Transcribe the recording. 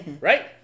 right